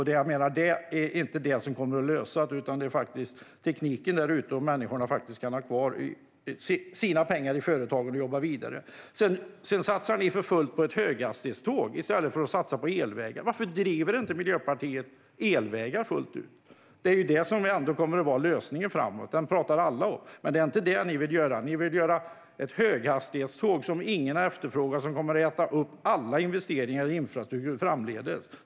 Det kommer inte att lösa det, utan det är tekniken där ute och att människorna kan ha kvar sina pengar i företagen och jobba vidare. Ni satsar för fullt på ett höghastighetståg i stället för att satsa på elvägar. Varför driver inte Miljöpartiet elvägar fullt ut? Det kommer ändå att vara lösningen framåt. Det talar alla om. Men det är inte vad ni vill göra. Ni vill ha ett höghastighetståg som ingen har efterfrågat och som kommer att äta upp alla investeringar i infrastruktur framdeles.